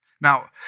Now